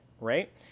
right